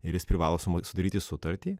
ir jis privalo sumo sudaryti sutartį